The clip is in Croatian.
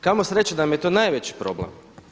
Kamo sreće da nam je to najveći problem.